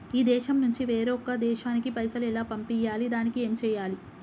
ఈ దేశం నుంచి వేరొక దేశానికి పైసలు ఎలా పంపియ్యాలి? దానికి ఏం చేయాలి?